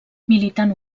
militant